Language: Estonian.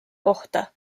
kohta